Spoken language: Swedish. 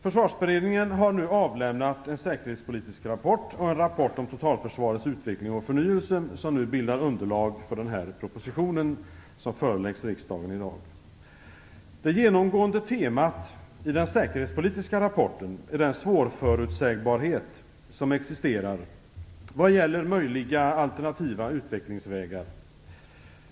Försvarsberedningen har nu avlämnat en säkerhetspolitisk rapport och en rapport om totalförsvarets utveckling och förnyelse som nu bildar underlag för den proposition som föreläggs riksdagen i dag. Det genomgående temat i den säkerhetspolitiska rapporten är den svårförutsägbarhet som existerar vad gäller möjliga alternativa utvecklingsvägar.